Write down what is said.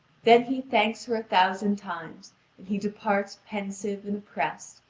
then he thanks her a thousand times, and he departs pensive and oppressed,